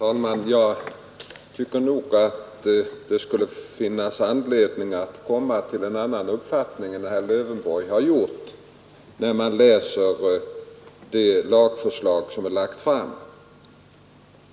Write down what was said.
Herr talman! Jag tycker att det skulle finnas anledning att komma till en annan uppfattning än vad herr Lövenborg har gjort när man läser det förslag som är framlagt.